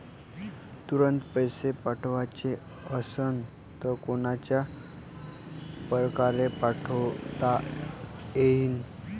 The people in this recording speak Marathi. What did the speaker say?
तुरंत पैसे पाठवाचे असन तर कोनच्या परकारे पाठोता येईन?